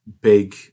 big